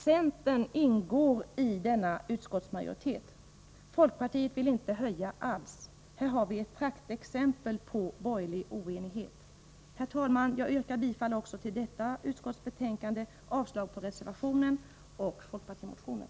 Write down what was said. Centern ingår i denna majoritet. Folkpartiet vill inte höja alls. Här har vi ett praktexempel på borgerlig oenighet. Herr talman! Jag yrkar också bifall till hemställan i socialförsäkringsutskottets betänkande nr 32, avslag på reservationen och på folkpartimotionen.